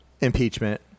impeachment